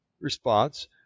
response